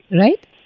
Right